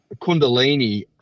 Kundalini